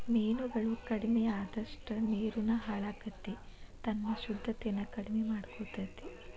ಮೇನುಗಳು ಕಡಮಿ ಅಅದಷ್ಟ ನೇರುನು ಹಾಳಕ್ಕತಿ ತನ್ನ ಶುದ್ದತೆನ ಕಡಮಿ ಮಾಡಕೊತತಿ